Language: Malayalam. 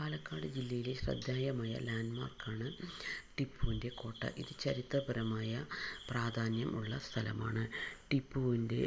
പാലക്കാട് ജില്ലയിലെ ശ്രദ്ധേയമായ ലാൻഡ് മാർക്ക് ആണ് ടിപ്പുവിൻ്റെ കോട്ട ഇത് ചരിത്രപരമായ പ്രാധാന്യമുള്ള സ്ഥലമാണ് ടിപ്പുവിൻ്റെ